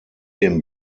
dem